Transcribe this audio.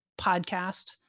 podcast